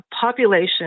population